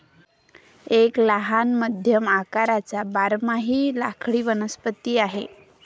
एक लहान मध्यम आकाराचा बारमाही लाकडी वनस्पती आहे